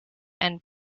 and